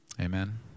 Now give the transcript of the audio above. Amen